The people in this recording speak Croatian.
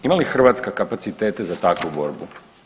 Ima li Hrvatska kapacitete za takvu borbu?